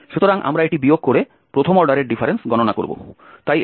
সুতরাং আমরা এটি বিয়োগ করে প্রথম অর্ডারের ডিফারেন্স গণনা করব